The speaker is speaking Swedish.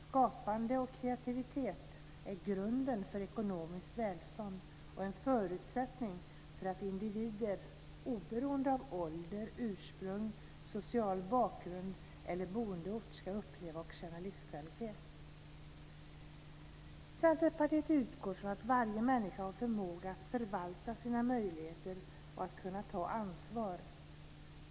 Skapande och kreativitet är grunden för ekonomiskt välstånd och en förutsättning för att individer, oberoende av ålder, ursprung, social bakgrund eller boendeort, ska uppleva och känna livskvalitet. Centerpartiet utgår från att varje människa har förmåga att förvalta sina möjligheter och att kunna ta ansvar.